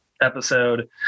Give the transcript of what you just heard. episode